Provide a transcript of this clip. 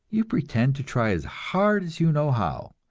you pretend to try as hard as you know how,